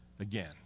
Again